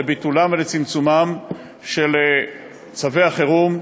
לביטול ולצמצום צווי החירום,